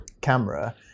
camera